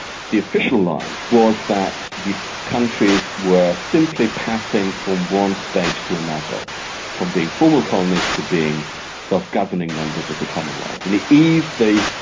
the official line was that the countries were simply passing from one stage to another from being formal colonies to being self-governing members of the commonwealth. and it eased the,